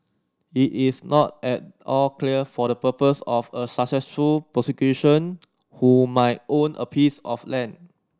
it is not at all clear for the purpose of a successful prosecution who might own a piece of land